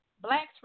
blacks